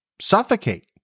suffocate